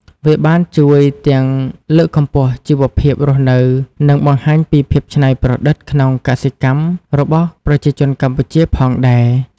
វាបានជួយទាំងលើកកម្ពស់ជីវភាពរស់នៅ និងបង្ហាញពីភាពច្នៃប្រឌិតក្នុងកសិកម្មរបស់ប្រជាជនខ្មែរផងដែរ។